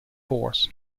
force